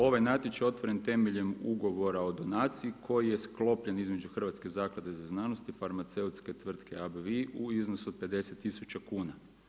Ovaj natječaj je otvoren temeljem ugovora o donaciji koji je sklopljen između Hrvatske zaklade za znanost i farmaceutske tvrtke ABVI u iznosu od 50000 kuna.